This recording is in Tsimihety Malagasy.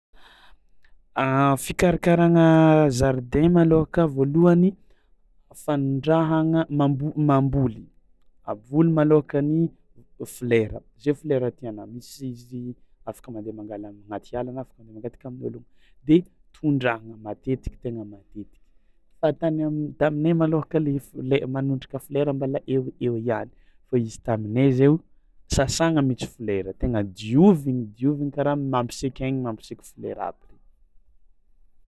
Fikarakaragna zaridain malôhaka voalohany fanondrahagna manmbo- mamboly, aboly malôhaka ny v- folera zay folera tianà misy izy afaka mandeha mangala am- agnaty ala na afaka mandeha mangataka amin'ôlogno de tondrahagna matetiky tegna matetiky fa tany am- taminay malôhaka le f- le manondraka folera mbôla eo ho eo ihany fao izy taminay zay o sasagna mihitsy folera, tegna diovigny diovigny karaha mampisaiky aigny mampisaiky folera aby re.